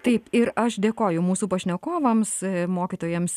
taip ir aš dėkoju mūsų pašnekovams mokytojams